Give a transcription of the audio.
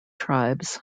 tribes